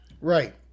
Right